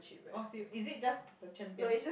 oh is it just the champion